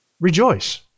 Rejoice